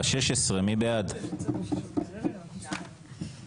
תהיה בשל אי מסוגלות פיזית או נפשית בלבד ותוכרז באחד משני אלה בלבד,